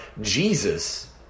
Jesus